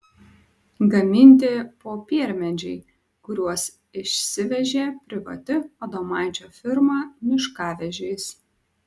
gaminti popiermedžiai kuriuos išsivežė privati adomaičio firma miškavežiais